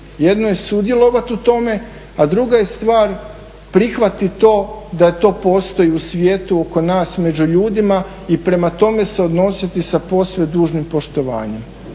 jedno je sudjelovati u tome, a druga stvar je prihvatiti to da to postoji u svijetu oko nas, među ljudima i prema tome se odnositi sa posve dužnim poštovanjem.